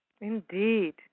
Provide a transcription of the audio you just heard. Indeed